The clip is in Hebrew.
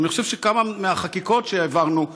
אבל אני חושב שכמה מהחקיקות שהעברנו,